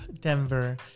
Denver